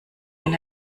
wenn